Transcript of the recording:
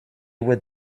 with